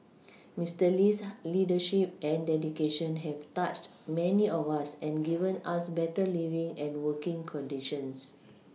Mister Lee's leadership and dedication have touched many of us and given us better living and working conditions